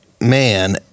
man